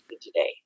today